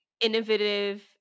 innovative